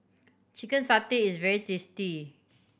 chicken satay is very tasty